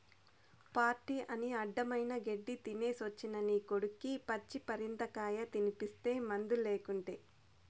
party అని అడ్డమైన గెడ్డీ తినేసొచ్చిన నీ కొడుక్కి పచ్చి పరిందకాయ తినిపిస్తీ మందులేకుటే